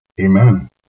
Amen